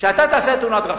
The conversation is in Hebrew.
שאתה תעשה תאונת דרכים,